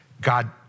God